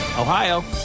Ohio